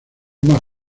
más